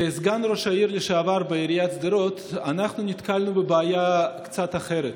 כסגן ראש העיר לשעבר בעיריית שדרות אנחנו נתקלנו בבעיה קצת אחרת.